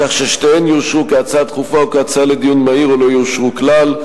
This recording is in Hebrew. כך ששתיהן יאושרו כהצעה דחופה או כהצעה לדיון מהיר או לא יאושרו כלל.